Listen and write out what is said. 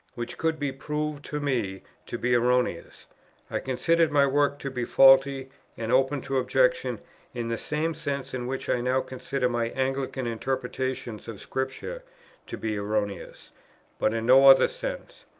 which could be proved to me to be erroneous i considered my work to be faulty and open to objection in the same sense in which i now consider my anglican interpretations of scripture to be erroneous but in no other sense.